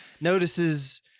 notices